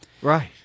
Right